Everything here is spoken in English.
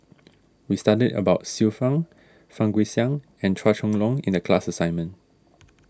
we studied about Xiu Fang Fang Guixiang and Chua Chong Long in the class assignment